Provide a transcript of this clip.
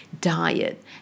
diet